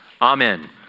Amen